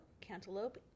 cantaloupe